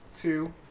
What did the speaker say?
two